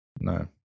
No